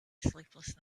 sleepless